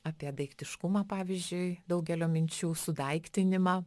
apie daiktiškumą pavyzdžiui daugelio minčių sudaiktinimą